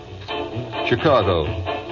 Chicago